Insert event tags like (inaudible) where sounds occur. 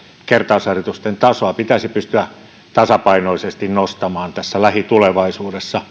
kertausharjoitusten tasoa pitäisi pystyä tasapainoisesti nostamaan tässä lähitulevaisuudessa (unintelligible)